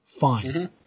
Fine